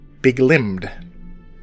Big-Limbed